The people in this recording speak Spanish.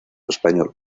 español